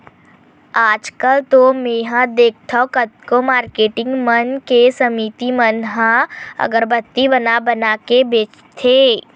आजकल तो मेंहा देखथँव कतको मारकेटिंग मन के समिति मन ह अगरबत्ती बना बना के बेंचथे